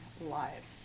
lives